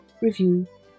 review